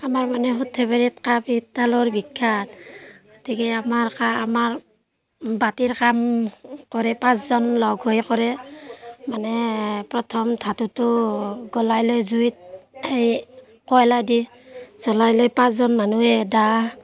আমাৰ মানে সৰ্থেবাৰীত কাঁহ পিতালৰ বিখ্যাত গতিকে আমাৰ কাঁহ আমাৰ বাটিৰ কাম কৰে পাঁচজন লগ হৈ কৰে মানে প্ৰথম ধাতুটো গলাই লয় জুইত এই কয়লাই দি জ্বলাই লৈ পাঁচজন মানুহে দা